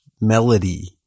melody